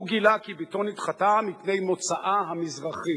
הוא גרס כי בתו נדחתה מפני מוצאה המזרחי.